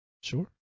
Sure